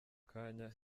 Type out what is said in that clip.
kanya